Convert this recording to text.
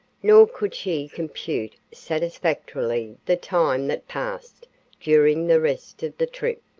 nor could she compute satisfactorily the time that passed during the rest of the trip.